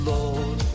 Lord